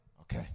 okay